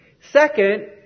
Second